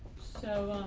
so